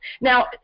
Now